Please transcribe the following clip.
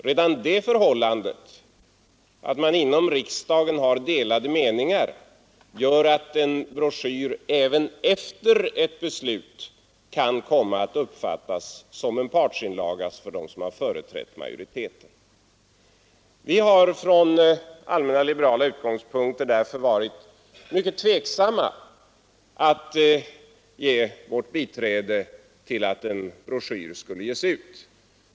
Redan det förhållandet att man inom riksdagen har delade meningar gör att utsändandet av en broschyr även efter beslutet i riksdagen kan komma att uppfattas som en partsinlaga från dem som har företrätt majoriteten, Vi har från allmänna liberala utgångspunkter varit mycket tveksamma att ge vårt biträde till att en broschyr skulle ges ut.